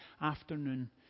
afternoon